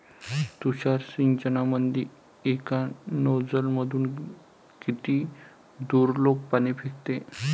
तुषार सिंचनमंदी एका नोजल मधून किती दुरलोक पाणी फेकते?